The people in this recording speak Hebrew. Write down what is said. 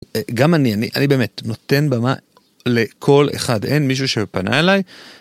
גם אני. אני באמת נותן במה לכל אחד. אין מישהו שפנה אליי...